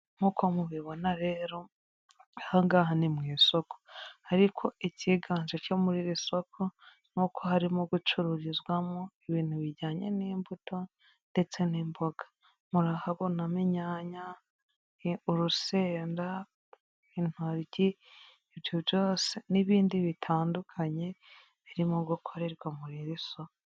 Nk'uko mubibona rero ahangaha ni mu isoko, ariko icyiganje cyo muri iri soko ni uko harimo gucururizwamo ibintu bijyanye n'imbuto ndetse n'imboga, murahabo inyanya, urusenda, intoryi, ibyo byose n'ibindi bitandukanye birimo gukorerwa muri iri soko.